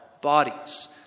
bodies